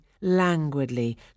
languidly